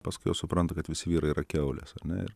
paskui jau supranta kad visi vyrai yra kiaulės ar ne ir